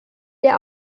der